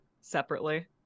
Separately